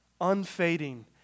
unfading